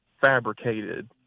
fabricated